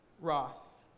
Ross